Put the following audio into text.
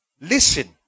listen